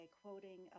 quoting